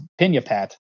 Pinyapat